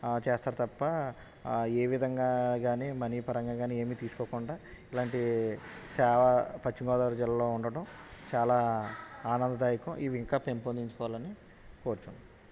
చేస్తారు తప్ప ఏ విధంగా కానీ మనీ పరంగా కానీ ఏమీ తీసుకోకుండా ఇలాంటి సేవా పశ్చిమ గోదావరి జిల్లాలో ఉండటం చాలా ఆనందదాయకం ఇవి ఇంకా పెంపొందించుకోవాలని కోరుచున్న